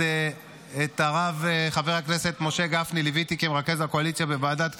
את הרב חבר הכנסת משה גפני ליוויתי כמרכז הקואליציה בוועדת הכספים.